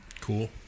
Cool